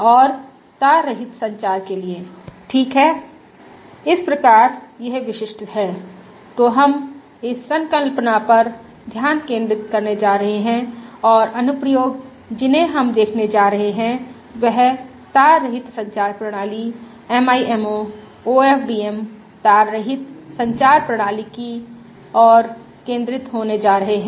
और तार रहित संचार के लिए ठीक है इस प्रकार यह विशिष्ट है तो हम इस संकल्पना ध्यान केंद्र करने जा रहे हैं और अनुप्रयोग जिन्हें हम देखने जा रहे हैं वह तार रहित संचार प्रणाली MIMO OFDM तार रहित संचार प्रणाली की ओर केंद्रित होने जा रहे हैं